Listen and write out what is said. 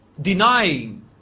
denying